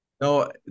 No